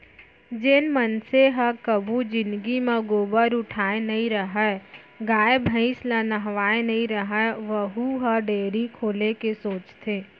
जेन मनसे ह कभू जिनगी म गोबर उठाए नइ रहय, गाय भईंस ल नहवाए नइ रहय वहूँ ह डेयरी खोले के सोचथे